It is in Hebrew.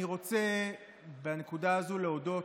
אני רוצה בנקודה הזו להודות